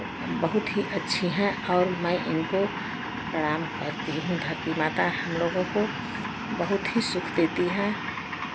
बहुत ही अच्छी हैं और मैं इनको प्रणाम करती हूँ धरती माता हमलोगों को बहुत ही सुख देती है